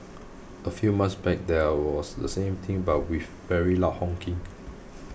a few months back there was the same thing but with very loud honking